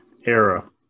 era